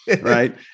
Right